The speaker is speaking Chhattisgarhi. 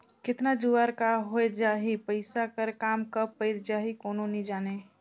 केतना जुवार का होए जाही, पइसा कर काम कब पइर जाही, कोनो नी जानें